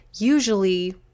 usually